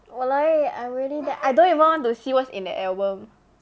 !walao! eh I really I don't even want to see what's in the album